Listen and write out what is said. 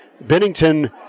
Bennington